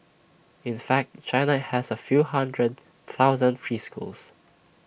in fact China has A few hundred thousand preschools